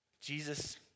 Jesus